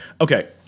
Okay